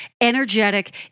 energetic